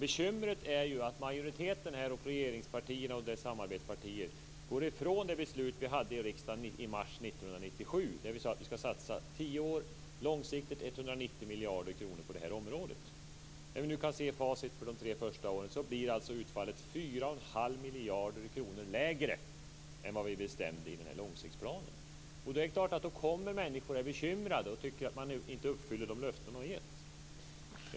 Bekymret är att majoriteten, regeringspartiet och dess samarbetspartier, går ifrån det beslut som fattades i riksdagen i mars 1997 där vi sade att vi långsiktigt under tio år ska satsa 190 miljarder på området. När vi nu kan se facit för de tre första åren blir utfallet 4 1⁄2 miljarder kronor lägre än vad vi bestämde i långsiktsplanen. Det är klart att människor blir bekymrade och tycker att vi inte uppfyller de löften som getts.